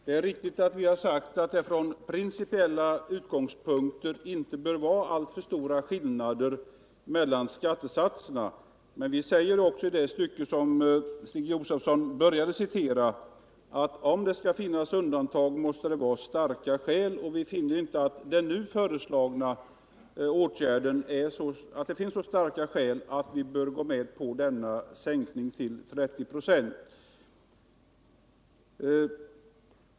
Herr talman! Det är riktigt att vi sagt att det från principiella utgångspunkter inte bör vara alltför stora skillnader mellan skattesatserna. Men vi säger också i det stycke som Stig Josefson började citera att om det skall finnas undantag så måste det finnas starka skäl för detta. Och vi anser inte att det finns så starka skäl att vi bör gå med på en sänkning till 30 ?ö.